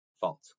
false